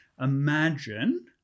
imagine